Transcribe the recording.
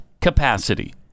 capacity